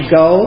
go